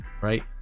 right